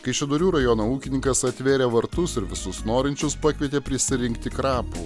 kaišiadorių rajono ūkininkas atvėrė vartus ir visus norinčius pakvietė prisirinkti krapų